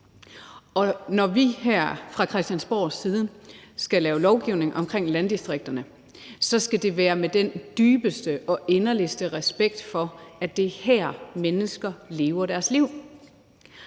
når vi her fra Christiansborgs side skal lave lovgivning omkring landdistrikterne, skal det være med den dybeste og inderligste respekt for, at det er her, mennesker lever deres liv.